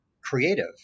creative